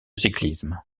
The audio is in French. cyclisme